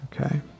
okay